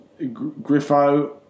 Griffo